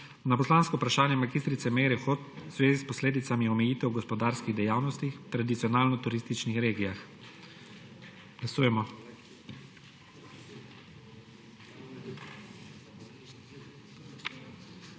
na poslansko vprašanje mag. Meire Hot v zvezi s posledicami omejitev gospodarskih dejavnostih v tradicionalno turističnih regijah. Glasujemo.